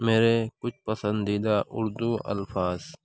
میرے کچھ پسندیدہ اردو الفاظ